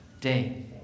day